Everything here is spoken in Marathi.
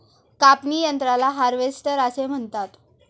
कापणी यंत्राला हार्वेस्टर असे म्हणतात